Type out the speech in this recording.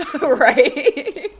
Right